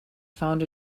found